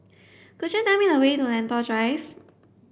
could you tell me a way to Lentor Drive